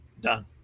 done